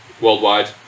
worldwide